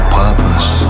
purpose